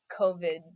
COVID